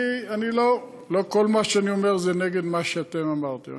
לא כל מה שאני אומר זה נגד מה שאתם אמרתם.